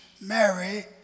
Mary